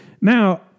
Now